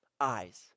eyes